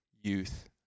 youth